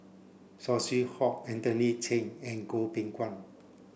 Saw Swee Hock Anthony Chen and Goh Beng Kwan